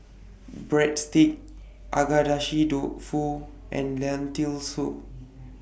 Breadsticks Agedashi Dofu and Lentil Soup